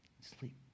Sleep